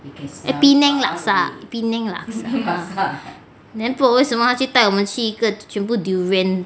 eh penang laksa penang laksa then 不懂为什么他去带我们去了一个全部 durian